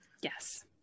Yes